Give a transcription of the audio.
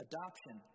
Adoption